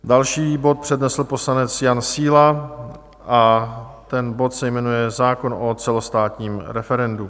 Další bod přednesl poslanec Jan Síla a ten bod se jmenuje Zákon o celostátním referendu.